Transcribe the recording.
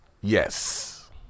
Yes